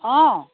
অঁ